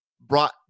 brought